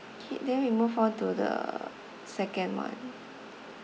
okay then we move on to the second one